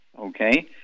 Okay